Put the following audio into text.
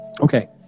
okay